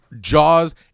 Jaws